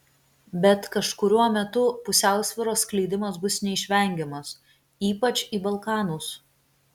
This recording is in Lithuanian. bet kažkuriuo metu pusiausvyros skleidimas bus neišvengiamas ypač į balkanus